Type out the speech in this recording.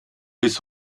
bis